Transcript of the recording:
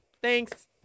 Thanks